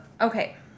Okay